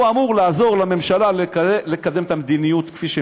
הוא אמור לעזור לממשלה לקדם את המדיניות כפי שהיא